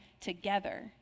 together